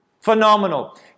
Phenomenal